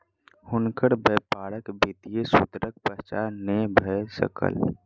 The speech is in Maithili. हुनकर व्यापारक वित्तीय सूत्रक पहचान नै भ सकल